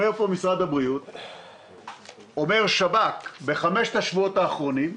אומר משרד הבריאות שבחמשת השבועות האחרונים,